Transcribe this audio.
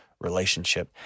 relationship